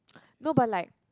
nobel like